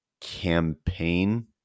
campaign